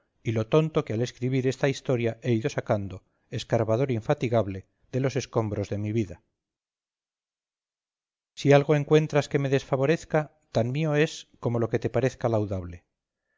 y lo tonto que al escribir esta historia he ido sacando escarbador infatigable de los escombros de mi vida si algo encuentras que me desfavorezca tan mío es como lo que te parezca